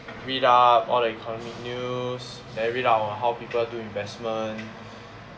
read up all the economic news then read up on how people do investment